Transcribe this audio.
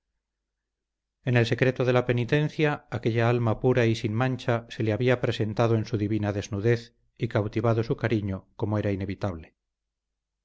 en el secreto de la penitencia aquella alma pura y sin mancha se le había presentado en su divina desnudez y cautivado su cariño como era inevitable